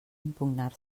impugnar